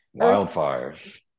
wildfires